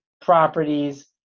properties